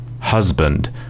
Husband